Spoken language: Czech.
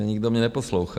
Nikdo mě neposlouchá.